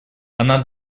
она